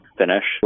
finish